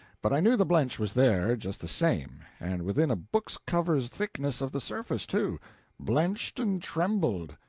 but i knew the blench was there, just the same, and within a book-cover's thickness of the surface, too blenched, and trembled.